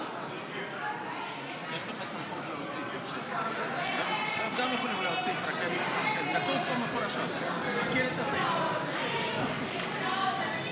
כנוסח הוועדה, להלן תוצאות ההצבעה: 59 בעד,